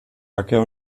acker